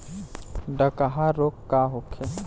डकहा रोग का होखे?